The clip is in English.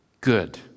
good